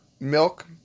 milk